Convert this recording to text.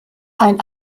ein